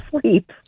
sleep